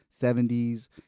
70s